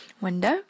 window